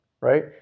right